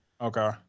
Okay